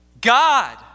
God